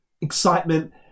excitement